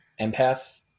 empath